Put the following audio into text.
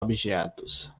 objetos